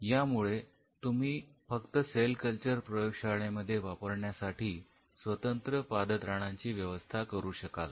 यामुळे तुम्ही फक्त सेल कल्चर प्रयोगशाळेमध्ये वापरण्यासाठी स्वतंत्र पादत्राणांची व्यवस्था करू शकाल